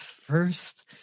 first